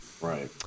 right